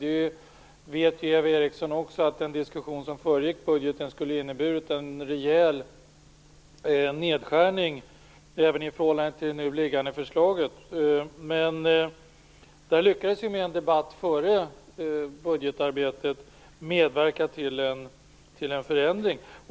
Eva Eriksson vet också att den diskussion som föregick budgeten skulle ha inneburit en rejäl nedskärning även i förhållande till det nu liggande förslaget. Där lyckades vi med en debatt före budgetarbetet medverka till en förändring.